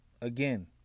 Again